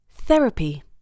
Therapy